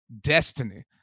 destiny